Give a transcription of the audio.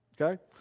Okay